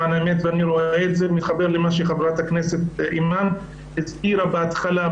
אני רואה את זה ומתחבר למה שחברת הכנסת אימאן הצהירה בהתחלה.